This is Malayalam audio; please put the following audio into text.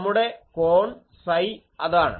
നമ്മുടെ കോൺ സൈ അതാണ്